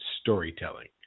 storytelling